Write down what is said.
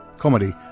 comedy,